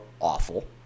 awful